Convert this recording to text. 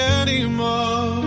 anymore